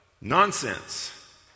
Nonsense